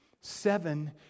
seven